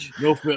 No